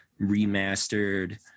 remastered